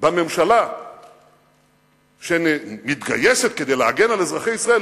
בממשלה שמתגייסת כדי להגן על אזרחי ישראל.